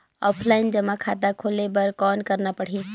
Offline जमा खाता खोले बर कौन करना पड़ही?